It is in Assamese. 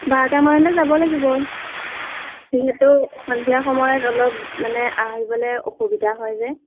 বাৰটামানতে যাব লাগিব যিহেতু সন্ধিয়া সময়ত অলপ মানে আহিবলৈ অসুবিধা হয় যে